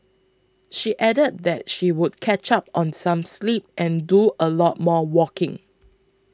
she added that she would catch up on some sleep and do a lot more walking